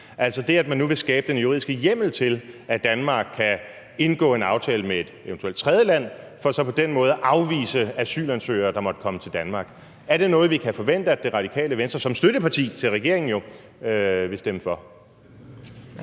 altså det, at man nu vil skabe den juridiske hjemmel til, at Danmark kan indgå en aftale med et eventuelt tredjeland for på den måde at afvise asylansøgere, der måtte komme til Danmark. Er det noget, vi kan forvente at Radikale Venstre som støtteparti til regeringen vil stemme for?